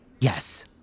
Yes